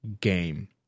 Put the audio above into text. game